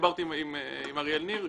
דיברתי עם אריאל ניר.